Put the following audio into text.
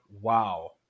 wow